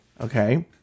okay